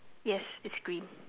yes it's green